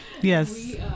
Yes